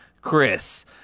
Chris